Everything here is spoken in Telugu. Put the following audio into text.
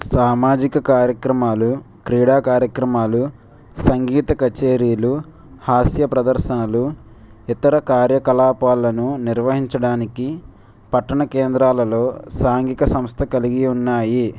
సామాజిక కార్యక్రమాలు క్రీడా కార్యక్రమాలు సంగీత కచేరీలు హాస్య ప్రదర్శనలు ఇతర కార్యకలాపాలను నిర్వహించడానికి పట్టణ కేంద్రాలలో సాంఘిక సంస్థ కలిగి ఉన్నాయి